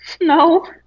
No